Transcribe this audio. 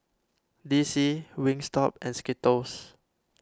D C Wingstop and Skittles